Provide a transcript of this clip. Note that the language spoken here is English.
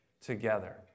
together